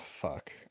fuck